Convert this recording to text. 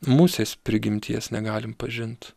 musės prigimties negalim pažint